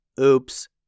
Oops